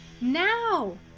Now